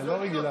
נכון?